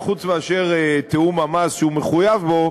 וחוץ מאשר תיאום המס שהוא מחויב בו,